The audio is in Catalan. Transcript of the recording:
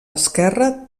esquerra